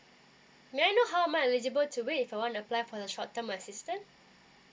may I know how am I eligible to it if I want to apply for the short term assistance